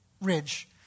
ridge